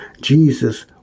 Jesus